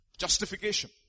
justification